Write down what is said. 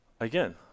Again